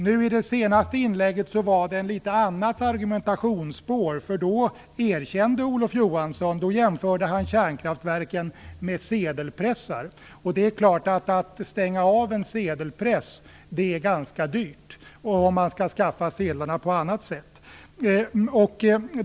Nu i det senaste inlägget fanns det ett litet annorlunda argumentationsspår. Olof Johansson jämförde då kärnkraftverken med sedelpressar. Det är klart: Att stänga av en sedelpress är ganska dyrt om man skall skaffa sedlarna på annat sätt.